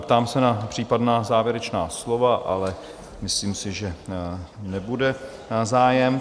Ptám se na případná závěrečná slova, ale myslím si, že nebude zájem.